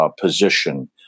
position